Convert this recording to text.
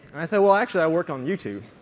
and i say well, actually, i work on youtube.